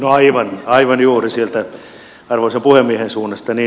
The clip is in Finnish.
aivan aivan juuri sieltä arvoisan puhemiehen suunnasta